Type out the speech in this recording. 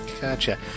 Gotcha